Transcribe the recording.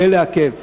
כדי לעכב,